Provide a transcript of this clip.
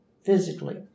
physically